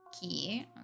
key